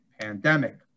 pandemic